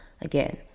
again